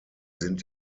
sind